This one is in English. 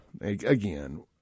again